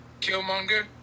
Killmonger